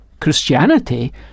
Christianity